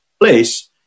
place